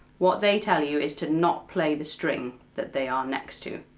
what they tell you is to not play the string that they are next to.